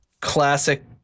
classic